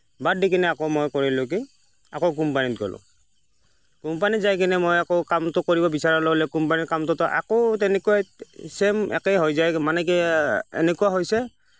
বাদ দি কিনে আাকৌ মই কৰিলোঁ কি আকৌ কোম্পানীত গ'লোঁ কোম্পানীত যাই কিনে মই আকৌ কামটো কৰিব বিচৰাৰ লগে লগে কোম্পানীৰ কামটোতো আকৌ তেনেকুৱাই চে'ম একেই হৈ যায় মানে কি এনেকুৱা হৈছে